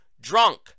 drunk